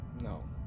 No